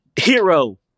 hero